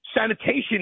sanitation